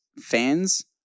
fans